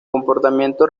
comportamiento